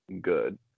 good